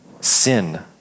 sin